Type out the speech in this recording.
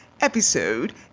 episode